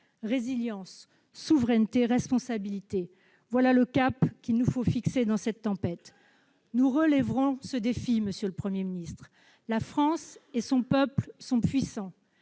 Résilience, souveraineté, responsabilité : voilà le cap qu'il nous faut fixer dans cette tempête ! Nous relèverons ce défi, monsieur le Premier ministre. La France et son peuple sont puissants